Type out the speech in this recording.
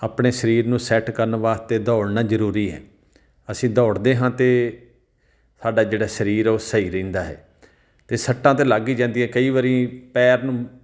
ਆਪਣੇ ਸਰੀਰ ਨੂੰ ਸੈਟ ਕਰਨ ਵਾਸਤੇ ਦੌੜਨਾ ਜ਼ਰੂਰੀ ਹੈ ਅਸੀਂ ਦੌੜਦੇ ਹਾਂ ਅਤੇ ਸਾਡਾ ਜਿਹੜਾ ਸਰੀਰ ਆ ਉਹ ਸਹੀ ਰਹਿੰਦਾ ਹੈ ਅਤੇ ਸੱਟਾਂ ਤਾਂ ਲੱਗ ਹੀ ਜਾਂਦੀਆਂ ਕਈ ਵਾਰੀ ਪੈਰ ਨੂੰ